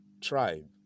tribe